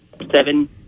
seven